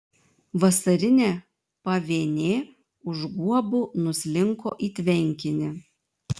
vasarinė pavėnė už guobų nuslinko į tvenkinį